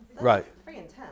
Right